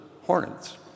Hornets